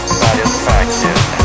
satisfaction